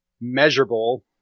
measurable